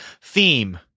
theme